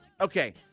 Okay